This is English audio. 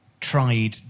tried